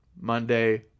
Monday